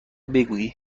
بگویی